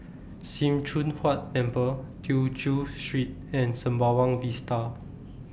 SIM Choon Huat Temple Tew Chew Street and Sembawang Vista